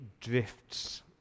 drifts